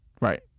Right